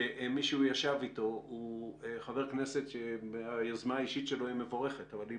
שמי שישב אתו זה חבר כנסת שהיוזמה האישית שלו היא מבורכת אבל היא